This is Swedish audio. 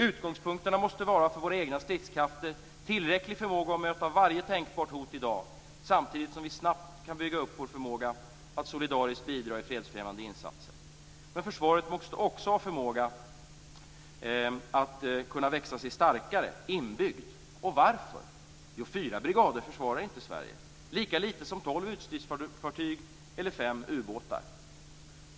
Utgångspunkterna för våra egna stridskrafter måste vara tillräcklig förmåga att möta varje tänkbart hot i dag, samtidigt som vi snabbt kan bygga upp vår förmåga att solidariskt bidra i fredsfrämjande insatser. Men försvaret måste också ha förmågan att växa sig starkare inbyggd. Varför? Jo, därför att fyra brigader försvarar inte Sverige, lika lite som tolv ytstridsfartyg eller fem ubåtar gör det.